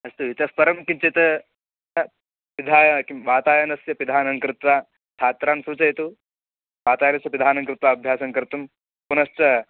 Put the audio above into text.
अस्तु इतः परं किञ्चित् पिधाय किं वातायनस्य पिधानं कृत्वा छात्रान् सूचयतु वातायनस्य पिधानं कृत्वा अभ्यासं कर्तुं पुनश्च